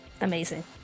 Amazing